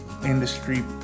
industry